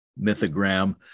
mythogram